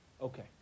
Okay